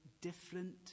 different